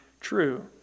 true